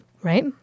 Right